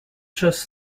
just